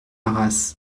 arras